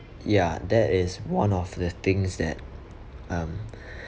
ya that is one of the things that um